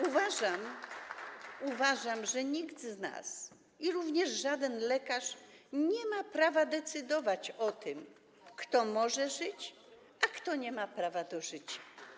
Uważam, że nikt z nas, również żaden lekarz, nie ma prawa decydować o tym, kto może żyć, a kto nie ma prawa do życia.